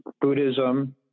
Buddhism